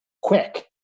quick